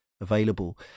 available